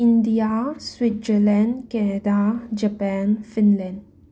India Switzerland Canada Japan Finland